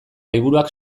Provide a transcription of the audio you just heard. liburuak